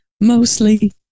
Mostly